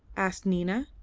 asked nina.